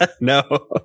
No